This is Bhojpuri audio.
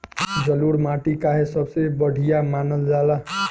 जलोड़ माटी काहे सबसे बढ़िया मानल जाला?